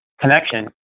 connection